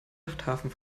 yachthafen